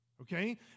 Okay